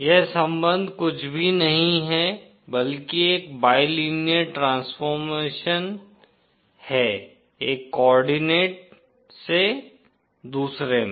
यह संबंध कुछ भी नहीं है बल्कि एक बाइलिनेयर ट्रांसफॉर्मेशन है एक कोर्डिनेट से दूसरे में